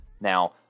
Now